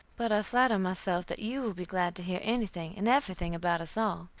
but i flatter myself that you will be glad to hear anything and everything about us all,